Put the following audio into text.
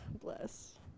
Bless